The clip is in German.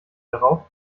darauf